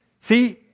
See